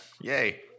Yay